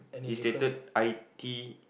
it stated I_T_E